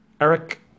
Eric